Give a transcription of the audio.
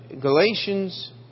Galatians